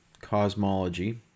cosmology